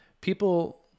People